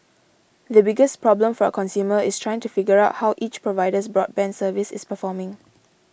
the biggest problem for a consumer is trying to figure out how each provider's broadband service is performing